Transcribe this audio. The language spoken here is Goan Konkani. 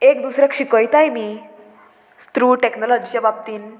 एक दुसऱ्याक शिकयताय बी थ्रू टॅक्नोलॉजीच्या बाबतींत